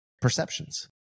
perceptions